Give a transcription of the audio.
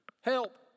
Help